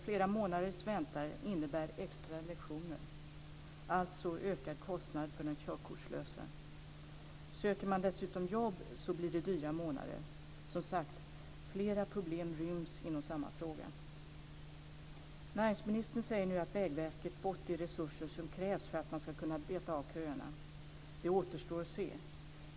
Flera månaders väntan innebär extra lektioner, alltså en ökad kostnad för den körkortslöse. Om man dessutom söker jobb blir det dyra månader. Flera problem ryms, som sagt, inom samma fråga. Näringsministern säger nu att Vägverket har fått de resurser som krävs för att man ska kunna beta av köerna. Det återstår att se.